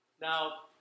Now